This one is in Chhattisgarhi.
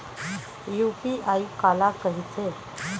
यू.पी.आई काला कहिथे?